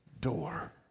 door